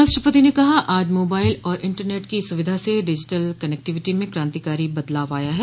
राष्ट्रपति ने कहा कि आज मोबाइल और इंटरनेट की सुविधा से डिजिटल कनेक्टिविटी में क्रांतिकारी बदलाव आया है